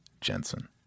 Jensen